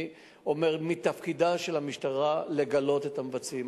אני אומר שמתפקידה של המשטרה לגלות את המבצעים.